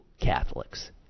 Catholics